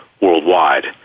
worldwide